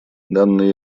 данные